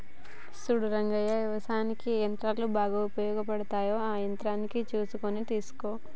సూడు రంగయ్య యవసాయనిక్ ఏ యంత్రాలు బాగా ఉపయోగపడుతాయో సూసుకొని ఆ యంత్రాలు కొనుక్కొని తెచ్చుకో